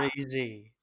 crazy